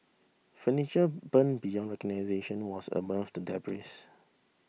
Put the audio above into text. furniture burned beyond recognition was above the debris